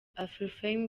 afrifame